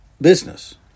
business